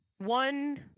One